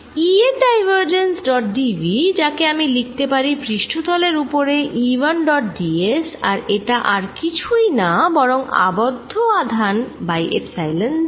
E এর divergence dot dV জাকে আমি লিখতে পারি পৃষ্ঠতলের ওপরে E1 ডট ds আর এটা আর কিছুই না বরং আবদ্ধ আধান বাই এপ্সাইলন 0